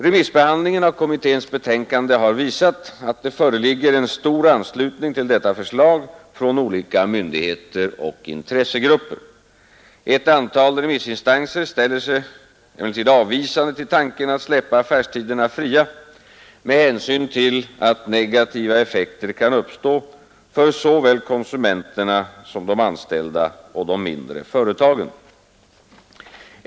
Remissbehandlingen av kommitténs betänkande har visat att det föreligger en stor anslutning till detta förslag från olika myndigheter och intressegrupper. Ett antal remissinstanser ställer sig emellertid avvisande till tanken att släppa affärstiderna fria med hänsyn till att negativa effekter kan uppstå för såväl konsumenterna som de anställda och de mindre företagen.